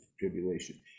tribulation